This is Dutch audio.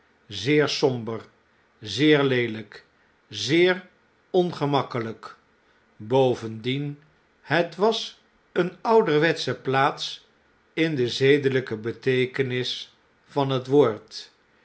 zeer somber zeer leelnk zeer ongemakkeljjk bovendien het was eene ouderwetsche plaats in de zedelpe beteekenis van het woord